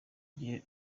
gihe